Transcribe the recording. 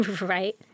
Right